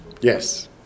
Yes